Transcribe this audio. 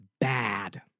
bad